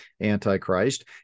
Antichrist